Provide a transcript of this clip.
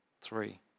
Three